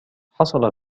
حصل